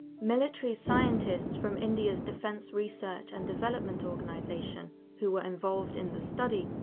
military scientists from india's defence research and development organisation, who were involved in the study,